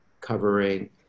covering